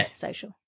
social